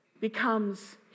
becomes